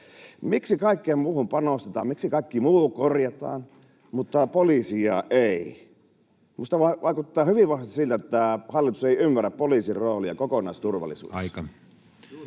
Miksi kaikkeen muuhun panostetaan, miksi kaikki muu korjataan, mutta poliisia ei? Minusta vaikuttaa hyvin vahvasti siltä, että hallitus ei ymmärrä poliisin roolia kokonaisturvallisuudessa.